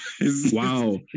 Wow